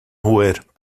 hwyr